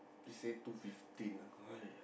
she say two fifteen ah !aiya!